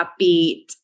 upbeat